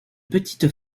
petites